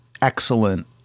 Excellent